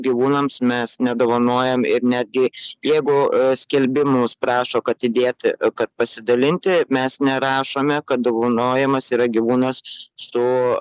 gyvūnams mes nedovanojam ir netgi jeigu skelbimus prašo kad įdėti kad pasidalinti mes nerašome kad dovanojamas yra gyvūnas su